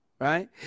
right